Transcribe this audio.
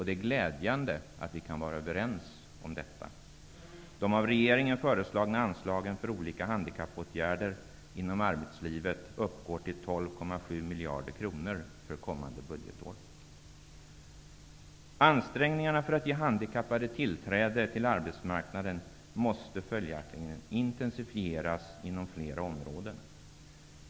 Det är glädjande att vi kan vara överens om detta. miljarder kronor för kommande budgetår. Ansträngningarna för att ge handikappade tillträde till arbetsmarknaden måste följaktligen intensifieras inom flera områden.